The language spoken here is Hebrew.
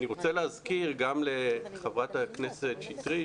אני רוצה להזכיר גם לחברת הכנסת שטרית